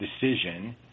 decision